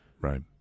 Right